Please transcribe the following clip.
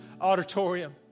auditorium